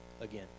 again